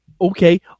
Okay